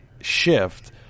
shift